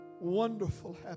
wonderful